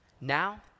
now